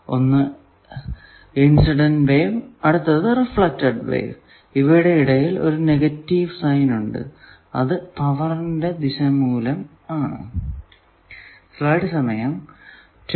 ഒന്ന് incident wave അടുത്ത് reflected wave ഇവയുടെ ഇടയിൽ ഒരു നെഗറ്റീവ് സൈൻ ഉണ്ട് അത് പവറിന്റെ ദിശ മൂലം ആണ്